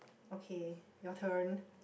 okay your turn